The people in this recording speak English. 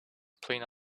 playing